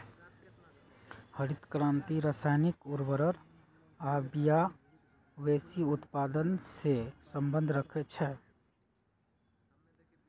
हरित क्रांति रसायनिक उर्वर आ बिया वेशी उत्पादन से सम्बन्ध रखै छै